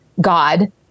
God